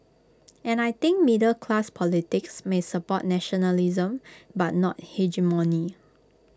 and I think middle class politics may support nationalism but not hegemony